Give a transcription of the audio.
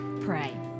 Pray